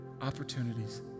opportunities